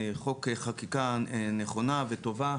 חקיקה נכונה וטובה,